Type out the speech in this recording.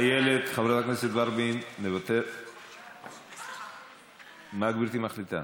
איילת, חברת הכנסת ורבין, מה גברתי מחליטה?